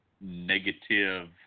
negative